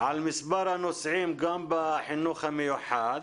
על מספר הנוסעים גם בחינוך המיוחד.